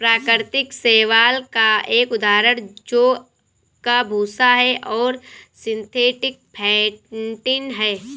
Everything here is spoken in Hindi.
प्राकृतिक शैवाल का एक उदाहरण जौ का भूसा है और सिंथेटिक फेंटिन है